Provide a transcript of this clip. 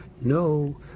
no